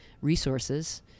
resources